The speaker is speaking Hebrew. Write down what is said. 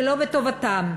שלא בטובתם.